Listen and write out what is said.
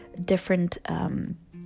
different